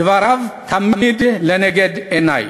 דבריו תמיד לנגד עיני.